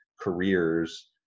careers